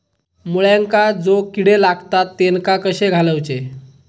मुळ्यांका जो किडे लागतात तेनका कशे घालवचे?